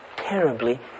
Terribly